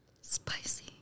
Spicy